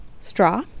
straw